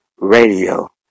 Radio